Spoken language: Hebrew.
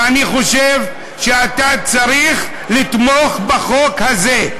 ואני חושב שאתה צריך לתמוך בחוק הזה.